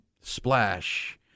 splash